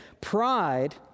pride